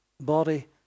body